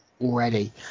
already